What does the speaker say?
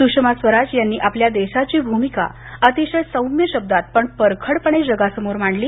सुषमा स्वराज यांनी आपल्या देशाची भुमिका अतिशय सौम्य शब्दांत पण परखडपणे जगासमोर मांडली